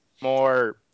more